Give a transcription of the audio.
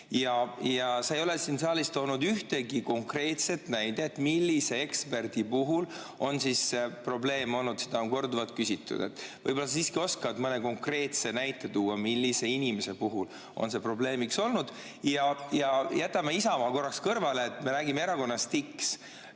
Sa ei ole siin saalis toonud ühtegi konkreetset näidet selle kohta, millise eksperdiga on probleeme olnud. Seda on korduvalt küsitud. Võib-olla sa siiski oskad mõne konkreetse näite tuua, millise inimese puhul on see probleemiks olnud. Jätame Isamaa korraks kõrvale, me räägime erakonnast X.